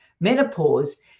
menopause